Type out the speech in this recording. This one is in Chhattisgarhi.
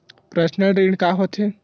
पर्सनल ऋण का होथे?